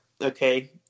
okay